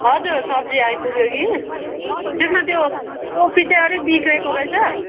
हजुर सब्जी आइपुग्यो कि त्यसमा त्यो कोपी चाहिँ अलि बिग्रेको रहेछ